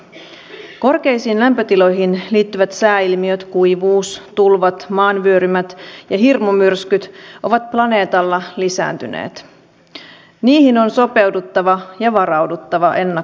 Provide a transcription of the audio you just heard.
on totta että turvapaikanhakijat tarvitsevat myös toimintaa tällä hetkellä kun he ovat vastaanottokeskuksissa mutta kysyisin ministeriltä vielä tarkemmin mitä tämä vastikkeellinen työ tarkoittaa ja kuinka kauan se kestää